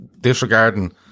Disregarding